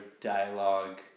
dialogue